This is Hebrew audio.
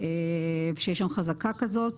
כשיש שם חזקה כזאת,